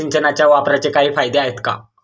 सिंचनाच्या वापराचे काही फायदे आहेत का?